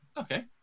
Okay